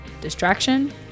distraction